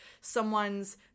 someone's